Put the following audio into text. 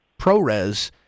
ProRes